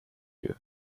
you